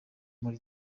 muri